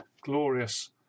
glorious